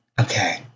Okay